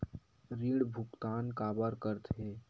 ऋण भुक्तान काबर कर थे?